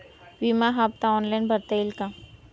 विमा हफ्ता ऑनलाईन भरता येईल का?